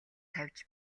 тавьж